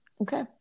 Okay